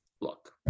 Look